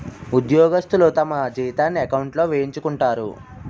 ఉద్యోగస్తులు తమ జీతాన్ని ఎకౌంట్లో వేయించుకుంటారు